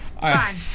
fine